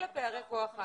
אלה פערי כוח האדם.